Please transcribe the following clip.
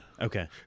Okay